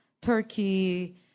Turkey